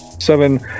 seven